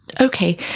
Okay